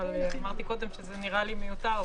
אבל אמרתי קודם שזה נראה לי מיותר.